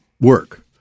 work